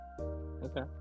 Okay